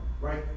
right